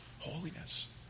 Holiness